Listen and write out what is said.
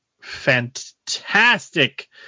fantastic